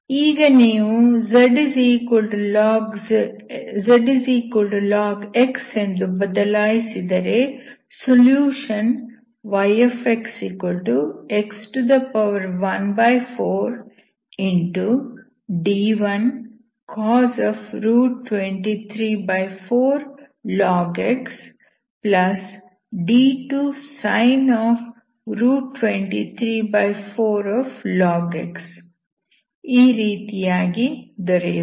ಈಗ ನೀವು zlog x ಎಂದು ಬದಲಾಯಿಸಿದರೆ solution yxx14d1cos 234log x d2sin 234log x ಈ ರೀತಿಯಾಗಿ ದೊರೆಯುತ್ತದೆ